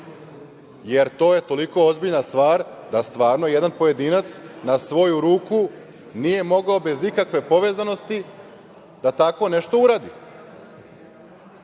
jer to je toliko ozbiljna stvar, da stvarno jedan pojedinac na svoju ruku nije mogao bez ikakve povezanosti da tako nešto uradi,